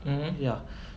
mmhmm